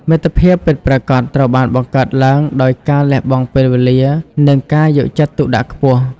មិត្តភាពពិតប្រាកដត្រូវបានបង្កើតឡើងដោយការលះបង់ពេលវេលា និងការយកចិត្តទុកដាក់ខ្ពស់។